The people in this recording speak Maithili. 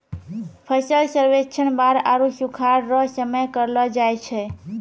फसल सर्वेक्षण बाढ़ आरु सुखाढ़ रो समय करलो जाय छै